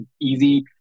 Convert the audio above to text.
easy